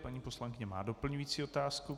Paní poslankyně má doplňující otázku.